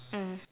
mm